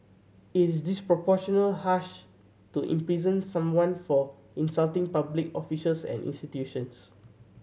is disproportionately harsh to imprison someone for insulting public officials and institutions